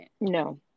No